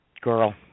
Girl